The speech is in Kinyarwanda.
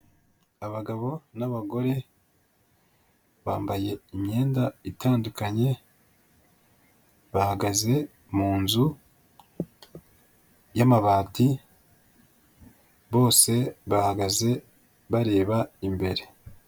Abagabo n'abagore bambaye imyenda itandukanye, bahagaze mu nzu y'amabati bose bahagaze bareba imbere.